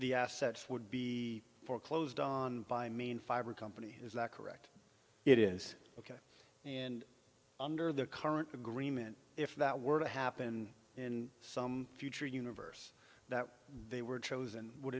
the assets would be foreclosed on by i mean fiber company is that correct it is and under their current agreement if that were to happen in some future universe that they were chosen would